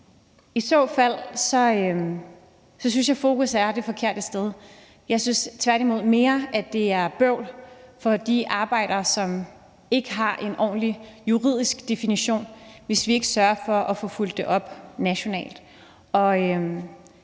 I så fald synes jeg, fokus er det forkerte sted. Jeg synes tværtimod mere, det er bøvl for de arbejdere, som ikke har en ordentlig juridisk definition, hvis ikke vi sørger for at få fulgt det op nationalt.